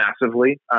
massively